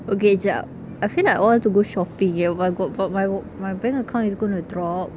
okay kejap I feel like I want to go shopping eh oh my god but my wa~ my bank account is going to drop